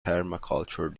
permaculture